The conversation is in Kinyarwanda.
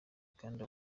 kandi